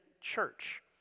church